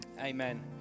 amen